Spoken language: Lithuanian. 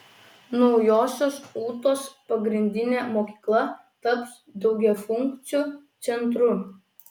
naujosios ūtos pagrindinė mokykla taps daugiafunkciu centru